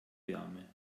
wärme